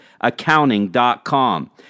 accounting.com